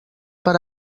per